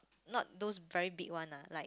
not those very big one ah like